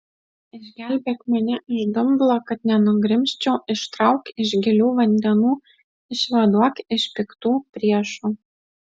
išgelbėk mane iš dumblo kad nenugrimzčiau ištrauk iš gilių vandenų išvaduok iš piktų priešų